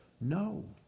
No